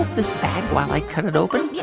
this bag while i cut it open? yeah